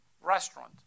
restaurant